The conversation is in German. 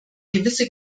gewisse